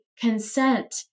consent